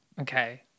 okay